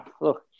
look